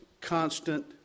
constant